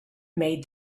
made